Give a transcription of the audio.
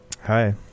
Hi